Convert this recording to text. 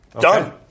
Done